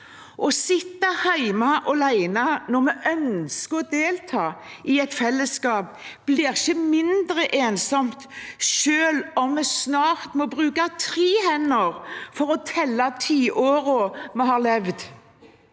å sitte hjemme alene når man ønsker å delta i et fellesskap, blir ikke mindre ensomt selv om man snart må bruke tre hender for å telle tiårene man har levd.